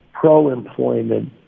pro-employment